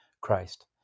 Christ